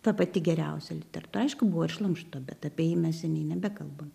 ta pati geriausia literatūra aišku buvo ir šlamšto bet apie jį mes seniai nebekalba